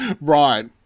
Right